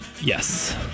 Yes